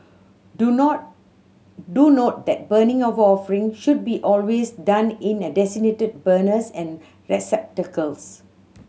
do note do note that burning of offering should be always done in a designated burners and receptacles